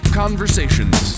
conversations